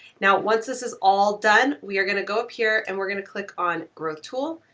now once this is all done, we are gonna go up here and we're gonna click on growth tool,